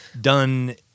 Done